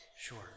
Sure